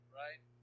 right